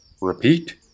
Repeat